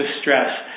stress